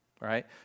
Right